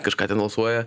kažką ten alsuoja